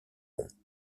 ronds